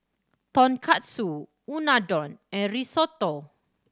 Tonkatsu Unadon and Risotto